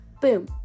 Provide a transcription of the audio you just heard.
boom